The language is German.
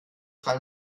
rein